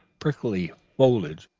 prickly foliage,